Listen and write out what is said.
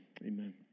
Amen